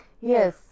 Yes